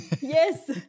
Yes